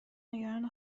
نگران